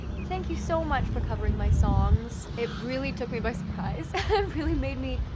thank you so much for covering my songs. it really took me by surprise. it really made me